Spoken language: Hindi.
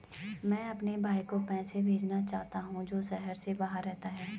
मैं अपने भाई को पैसे भेजना चाहता हूँ जो शहर से बाहर रहता है